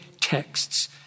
texts